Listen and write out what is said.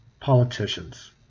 politicians